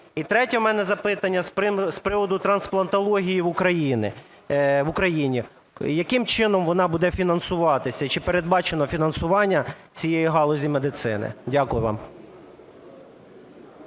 І третє у мене запитання – з приводу трансплантології в Україні. Яким чином вона буде фінансуватися? Чи передбачено фінансування цієї галузі медицини? Дякую вам.